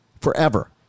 forever